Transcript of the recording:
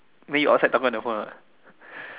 then you outside talking on the phone [what]